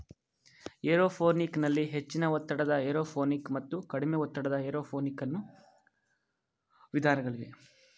aeroponic ನಲ್ಲಿ ಹೆಚ್ಚಿನ ಒತ್ತಡದ ಏರೋಪೋನಿಕ್ ಮತ್ತು ಕಡಿಮೆ ಒತ್ತಡದ ಏರೋಪೋನಿಕ್ ಅನ್ನೂ ವಿಧಾನಗಳಿವೆ